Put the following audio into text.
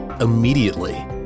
immediately